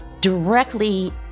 directly